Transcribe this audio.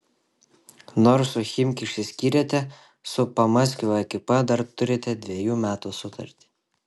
nors su chimki išsiskyrėte su pamaskvio ekipa dar turite dvejų metų sutartį